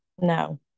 no